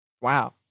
wow